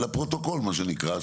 לפרוטוקול מה שנקרא,